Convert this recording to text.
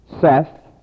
Seth